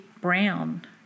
Brown